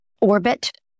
orbit